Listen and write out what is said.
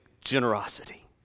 generosity